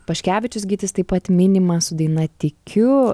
paškevičius gytis taip pat minimas su daina tikiu